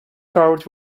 covered